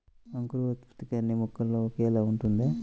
అంకురోత్పత్తి అన్నీ మొక్కల్లో ఒకేలా ఉంటుందా?